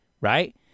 right